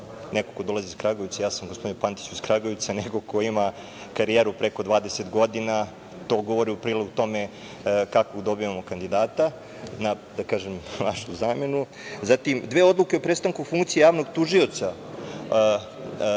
neko ko dolazi iz Kragujevca, ja sam gospodine Pantiću iz Kragujevca neko ko ima karijeru preko 20 godina, to govori u prilog tome kako dobijamo kandidata, da kažem, našu zamenu, zatim, dve odluke o prestanku funkcije javnog tužioca